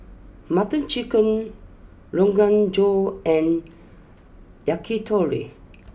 Butter Chicken Rogan Josh and Yakitori